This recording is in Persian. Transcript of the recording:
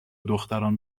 دختران